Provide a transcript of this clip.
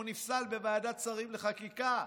הוא נפסל בוועדת שרים לחקיקה.